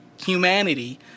humanity